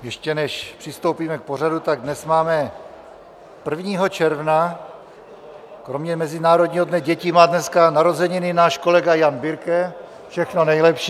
Ještě než přistoupíme k pořadu, tak dnes máme 1. června, kromě Mezinárodního dne dětí má dneska narozeniny náš kolega Jan Birke, všechno nejlepší.